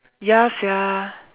ya sia